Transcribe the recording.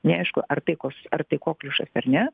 neaišku ar tai kos ar tai kokliušas ar ne